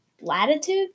latitude